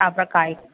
அப்புறம் காய்